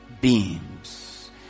beams